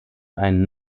einen